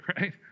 right